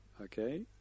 Okay